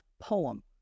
poem